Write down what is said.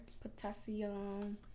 potassium